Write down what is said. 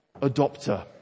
adopter